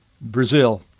Brazil